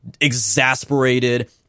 exasperated